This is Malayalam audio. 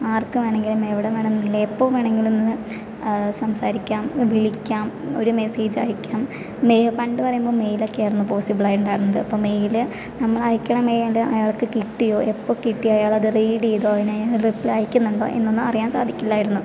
ആർക്ക് വേണമെങ്കിലും എവിടെ വേണമെങ്കിലും എപ്പോൾ വേണമെങ്കിലും സംസാരിക്കാം വിളിക്കാം ഒരു മെസ്സേജ് അയയ്ക്കാം പണ്ട് പറയുമ്പോൾ മെയിലൊക്കെയായിരുന്നു പോസിബിളായിട്ട് ഉണ്ടായിരുന്നത് അപ്പോൾ മെയില് നമ്മളയക്കണ മെയില് അയാൾക്ക് കിട്ടിയോ എപ്പോൾ കിട്ടി അയാളത് റീഡ് ചെയ്തോ അതിനെ റിപ്ലൈ അയക്കുന്നുണ്ടോ എന്നൊന്നും അറിയാൻ സാധിക്കില്ലായിരുന്നു